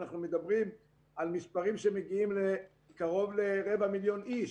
אנחנו מדברים על מספרים שמגיעים קרוב לרבע מיליון איש.